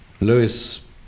Lewis